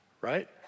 Right